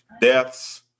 deaths